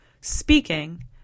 speaking